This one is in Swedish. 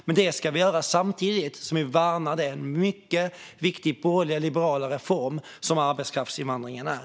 Men detta ska vi göra samtidigt som vi värnar den mycket viktiga borgerliga, liberala reform som arbetskraftsinvandringen är.